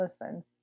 listen